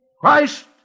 Christ